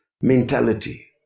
mentality